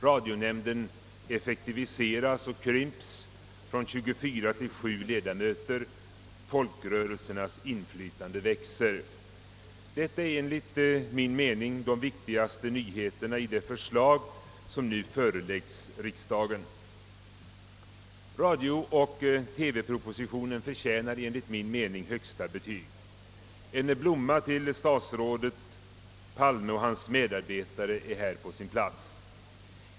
Radionämnden effektiviseras och krymps från 24 till 7 ledamöter. Folkrörelsernas inflytande växer. Detta är enligt min mening de viktigaste nyheterna i det förslag som nu föreläggs riksdagen. Radiooch TV-propositionen förtjänar enligt min uppfattning högsta betyg. En blomma till statsrådet Palme och hans medarbetare är här på sin plats.